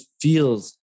feels